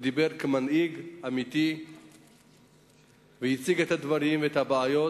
הוא דיבר כמנהיג אמיתי והציג את הדברים ואת הבעיות